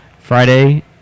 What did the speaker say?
Friday